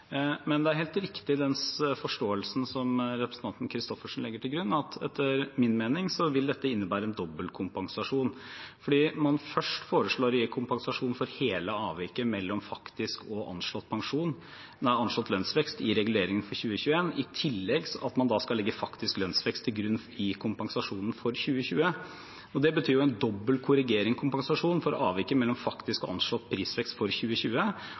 grunn, at etter min mening vil dette innebære en dobbelkompensasjon, fordi man først foreslår å gi kompensasjon for hele avviket mellom faktisk og anslått lønnsvekst i reguleringen for 2021, i tillegg til at man skal legge faktisk lønnsvekst til grunn i kompensasjonen for 2020. Det betyr jo en dobbelt korrigering/kompensasjon for avviket mellom faktisk anslått prisvekst for 2020